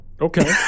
Okay